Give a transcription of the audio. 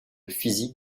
physique